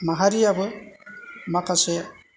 माहारिआबो माखासे